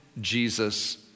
Jesus